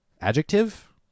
adjective